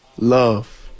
Love